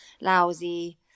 lousy